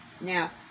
now